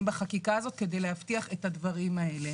בחקיקה הזאת כדי להבטיח את הדברים האלה.